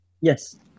Yes